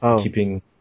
keeping